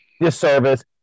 disservice